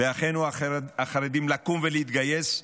באחינו החרדים לקום ולהתגייס,